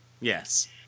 Yes